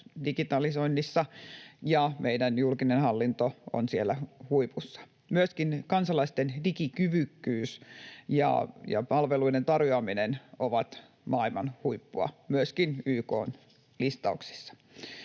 digitalisoinnissa, ja meidän julkinen hallinto on siellä huipussa. Myöskin kansalaisten digikyvykkyys ja ‑palveluiden tarjoaminen ovat maailman huippua myöskin YK:n listauksissa.